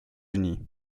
unis